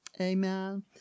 Amen